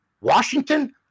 Washington